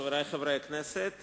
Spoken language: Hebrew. חברי חברי הכנסת,